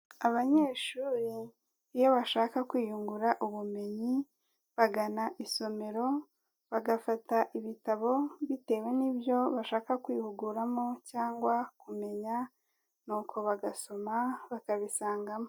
Abanyeshuri iyo bashaka kwiyungura ubumenyi bagana isomero, bagafata ibitabo bitewe n'ibyo bashaka kwihuguramo cyangwa kumenya, nuko bagasoma bakabisangamo.